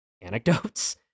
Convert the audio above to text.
anecdotes